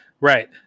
Right